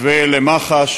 ולמח"ש